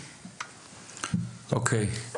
אוקיי.